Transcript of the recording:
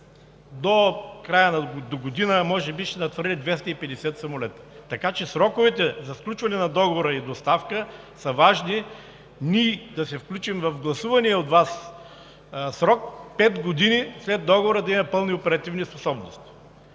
до догодина може би ще надхвърли 250 самолета. Така че сроковете за сключване на договора и доставката са важни, за да се включим в гласувания от Вас срок, а пет години след договора да имаме пълни оперативни способности.